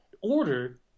order